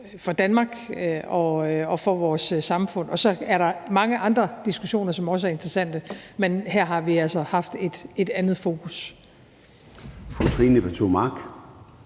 for Danmark og for vores samfund. Så er der mange andre diskussioner, som også er interessante. Men her har vi altså haft et andet fokus.